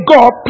God